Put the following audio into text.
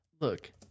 look